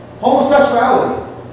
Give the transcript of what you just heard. Homosexuality